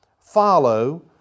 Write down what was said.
follow